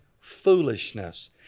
foolishness